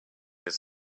his